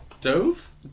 Dove